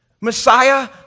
Messiah